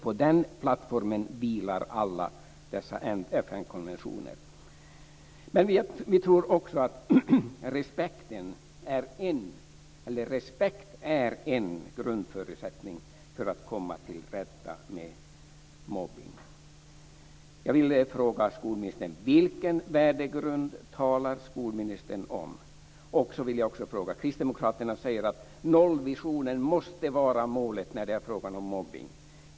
På den plattformen vilar alla dessa FN konventioner. Vi tror också att respekt är en grundförutsättning för att komma till rätta med mobbning. Jag vill fråga skolministern: Vilken värdegrund talar skolministern om? Kristdemokraterna säger att nollvisionen måste vara målet i fråga om mobbning.